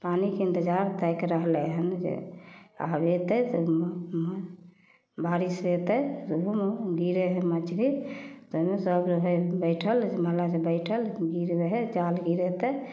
पानिके इन्तजार ताकि रहलै हँ जे आब अयतै तऽ बारिष हेतै तऽ बुन गिरै है मछरी ताहिमे सभ रहै हइ बैठल मलाह जे बैठल गिरै हइ जाल गिरेतै